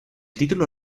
título